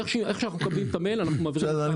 איך שאנחנו מקבלים את המייל אנחנו מעבירים תגובה.